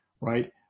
right